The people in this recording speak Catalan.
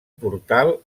portal